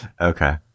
Okay